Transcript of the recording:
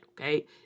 Okay